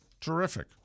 Terrific